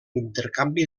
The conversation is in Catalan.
intercanvi